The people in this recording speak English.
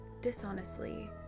dishonestly